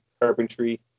carpentry